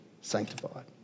sanctified